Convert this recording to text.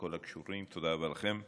לכל הקשורים, תודה רבה לכם.